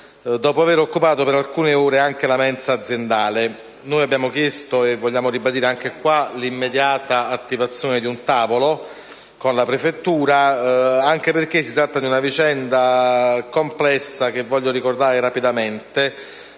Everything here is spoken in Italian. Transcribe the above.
dopo aver occupato per alcune ore anche la mensa aziendale. Noi abbiamo chiesto, e vogliamo ribadirlo anche in questa sede, l'immediata attivazione di un tavolo con la prefettura. Si tratta, infatti, di una vicenda complessa che voglio ricordare rapidamente.